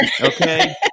okay